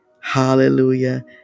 hallelujah